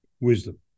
wisdom